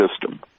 system